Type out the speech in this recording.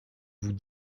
vous